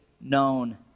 known